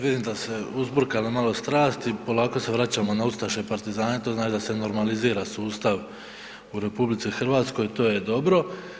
Vidim da su se uzburkale malo strasti, polako se vraćamo na ustaše i partizane, to znači da se normalizira sustav u RH, to je dobro.